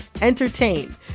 entertain